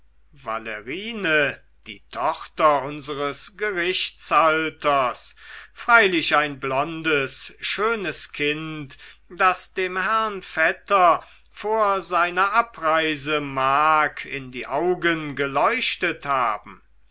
die tochter unseres gerichtshalters freilich ein blondes schönes kind das dem herrn vetter vor seiner abreise mag in die augen geleuchtet haben